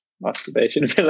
masturbation